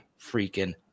freaking